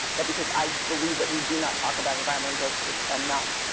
but because i believe that we do not talk about environmental justice enough.